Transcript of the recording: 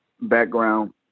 background